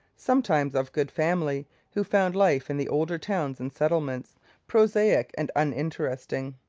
sometimes of good family, who found life in the older towns and settlements prosaic and uninteresting,